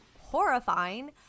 horrifying